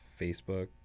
Facebook